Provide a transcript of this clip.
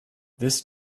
this